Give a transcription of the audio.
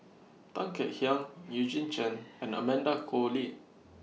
Tan Kek Hiang Eugene Chen and Amanda Koe Lee